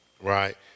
right